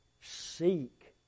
Seek